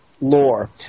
lore